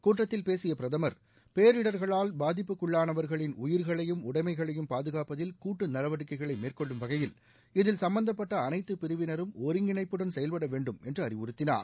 கூட்டத்தில் பேசிய பிரதமர் பேரிடர்களால் பாதிப்புக்குள்ளானவர்களின் உயிர்களையும் உடைமைகளையும் பாதுகாப்பதில் கூட்டு நடவடிக்கைகளை மேற்கொள்ளும் வகையில் இதில் சம்பந்தப்பட்ட அனைத்து பிரிவினரும் ஒருங்கிணைப்புடன் செயல்பட வேண்டும் என்று அறிவுறத்தினார்